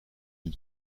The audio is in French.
une